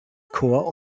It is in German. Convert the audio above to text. corps